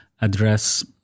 address